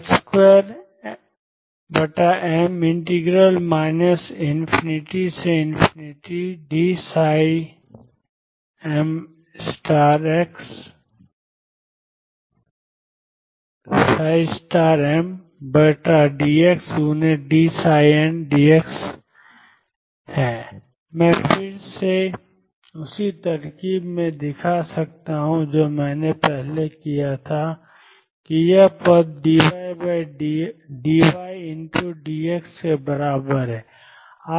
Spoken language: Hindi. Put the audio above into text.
22m ∞dmdxdndxdx मैं फिर से उसी तरकीब से दिखा सकता हूँ जैसा मैंने पहले किया था कि यह पद d y d x के बराबर है